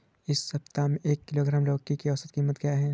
इस सप्ताह में एक किलोग्राम लौकी की औसत कीमत क्या है?